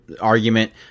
argument